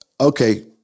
okay